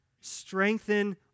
Strengthen